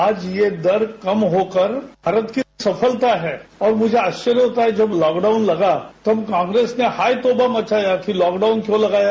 आज ये दर कम होकर भारत की सफलता है और मुझे आश्चर्य होता है जब लॉकडाउन लगा तब कांग्रेस ने हायतौबा मचाया कि लॉकडाउन क्यों लगाया